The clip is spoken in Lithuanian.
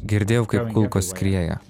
girdėjau kaip kulkos skrieja